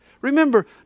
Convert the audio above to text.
Remember